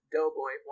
Doughboy